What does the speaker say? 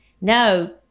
No